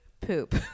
poop